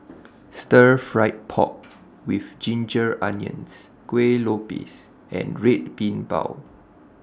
Stir Fried Pork with Ginger Onions Kueh Lopes and Red Bean Bao